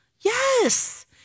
Yes